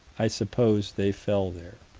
i suppose they fell there.